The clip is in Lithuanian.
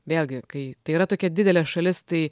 vėlgi kai tai yra tokia didelė šalis tai